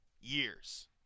Years